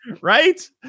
right